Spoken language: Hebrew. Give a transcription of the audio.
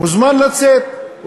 מוזמן לצאת.